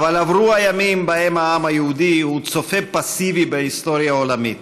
אבל עברו הימים שבהם העם היהודי הוא צופה פסיבי בהיסטוריה העולמית